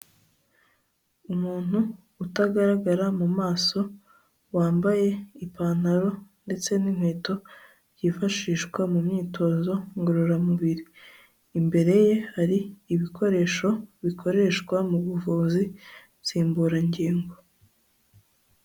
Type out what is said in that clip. Umuntu utagaragara mu maso, wambaye ipantaro ndetse n'inkweto byifashishwa mu myitozo ngororamubiri, imbere ye hari ibikoresho bikoreshwa mu buvuzi nsimburangingo.